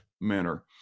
manner